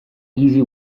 easy